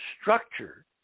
structure